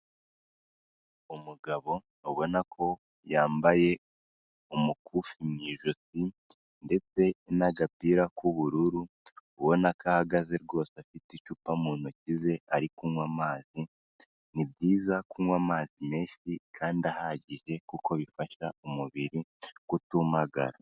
Umugabo ntubona ko yambaye umukufi mu ijosi ndetse n'agapira k'ubururu, ubona ko ahagaze rwose afite icupa mu ntoki ze ari kunywa amazi, ni byiza kunywa amazi menshi kandi ahagije kuko bifasha umubiri kutumagara.